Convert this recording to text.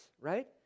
right